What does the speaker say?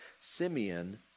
Simeon